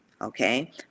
Okay